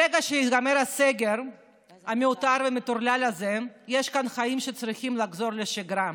ברגע שייגמר הסגר המיותר והמטורלל הזה יש כאן חיים שצריכים לחזור לשגרה.